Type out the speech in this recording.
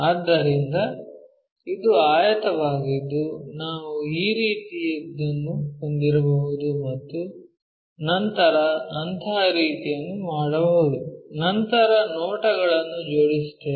ಆದ್ದರಿಂದ ಇದು ಆಯತವಾಗಿದ್ದು ನಾವು ಈ ರೀತಿಯದ್ದನ್ನು ಹೊಂದಿರಬಹುದು ಮತ್ತು ನಂತರ ಅಂತಹ ರೀತಿಯನ್ನು ಮಾಡಬಹುದು ನಂತರ ನೋಟಗಳನ್ನು ಜೋಡಿಸುತ್ತೇವೆ